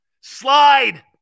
Slide